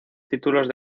títulos